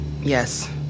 Yes